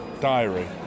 Diary